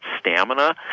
stamina